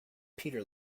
peter